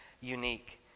unique